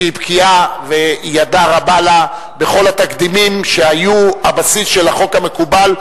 שהיא בקיאה וידיה רב לה בכל התקדימים שהיו הבסיס של החוק המקובל,